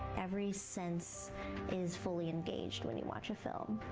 every sense is fully engaged when you watch a film.